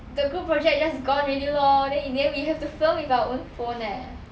the group project just gone already lor then in the end we have to film with our own phone leh